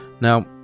Now